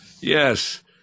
Yes